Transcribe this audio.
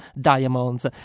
diamonds